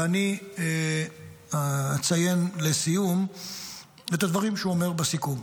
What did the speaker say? ואני אציין לסיום את הדברים שהוא אומר בסיכום: